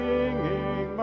Singing